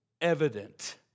evident